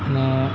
અને